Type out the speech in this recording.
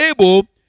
able